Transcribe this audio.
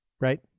right